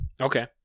Okay